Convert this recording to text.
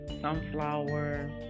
sunflower